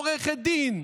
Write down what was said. היא עורכת דין,